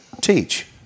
teach